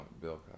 Bill